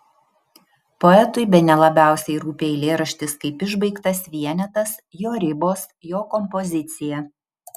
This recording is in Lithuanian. poetui bene labiausiai rūpi eilėraštis kaip išbaigtas vienetas jo ribos jo kompozicija